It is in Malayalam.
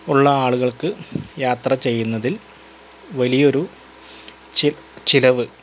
ഉള്ള ആളുകൾക്ക് യാത്ര ചെയ്യുന്നതിൽ വലിയൊരു ചിപ് ചിലവ്